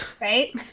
right